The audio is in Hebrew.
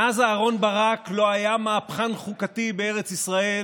מאז אהרן ברק לא היה מהפכן חוקתי בארץ ישראל